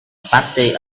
party